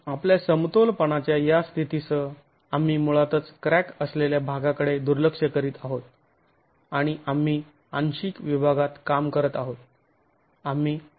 तर आपल्या समतोलपणाच्या या स्थितीसह आम्ही मुळातच क्रॅक असलेल्या भागाकडे दुर्लक्ष करीत आहोत आणि आम्ही आंशिक विभागात काम करत आहोत